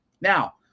Now